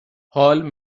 حال